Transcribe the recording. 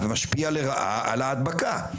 משפיע לרעה על ההדבקה.